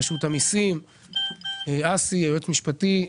היועץ המשפטי.